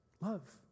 Love